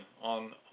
on